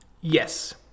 Yes